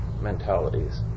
mentalities